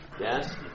yes